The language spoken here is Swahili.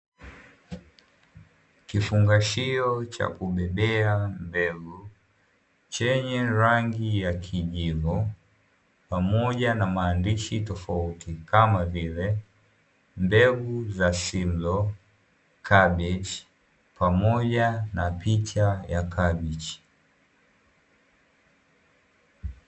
Kifungashio cha kubebea mbegu, chenye rangi ya kijivu. Pamoja na maandishi tofauti kama vile, mbegu za Simlaw, kabeji pamoja na picha ya kabeji.